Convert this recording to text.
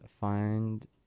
find